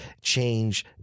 Change